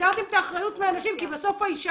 הסרתם את האחריות מהנשים כי בסוף האישה